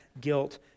guilt